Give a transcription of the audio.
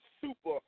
super